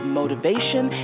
motivation